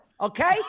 Okay